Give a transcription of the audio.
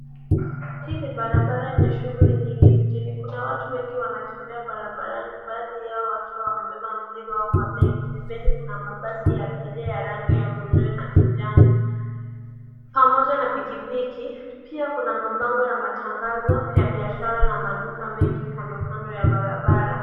Hii ni barabara yenye shughuli nyingi mjini. Kuna watu wengi wanatembea barabarani baadhi yao wakiwa wamebeba mizigo au mabegi. Pembeni kuna mabasi ya abiria ya rangi ya buluu na kijani. Pamoja na pikipiki , pia kuna mabango ya matangazo ya biashara na maduka mengi kando kando ya barabara.